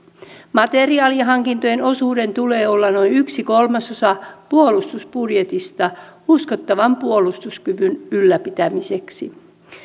materiaalihankintojen osuuden tulee olla noin yksi kolmasosa puolustusbudjetista uskottavan puolustuskyvyn ylläpitämiseksi